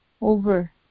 over